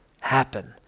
happen